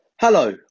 Hello